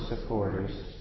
supporters